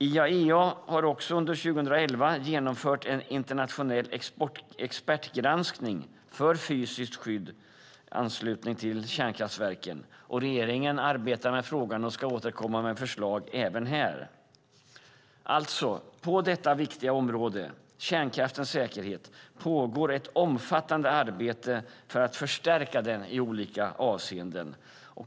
IAEA har under 2011 genomfört en internationell expertgranskning för fysiskt skydd i anslutning till kärnkraftverken, och regeringen arbetar med frågan och ska återkomma med förslag även här. På detta viktiga område, alltså kärnkraftens säkerhet, pågår ett omfattande arbete för att förstärka den i olika avseenden.